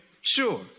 Sure